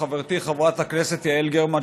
וחברתי חברת הכנסת יעל גרמן,